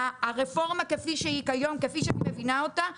והרפורמה כפי שהיא כיום וכפי שאני מבינה אותה,